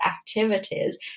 activities